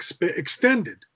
extended